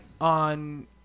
on